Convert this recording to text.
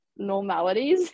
normalities